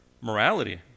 morality